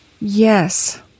Yes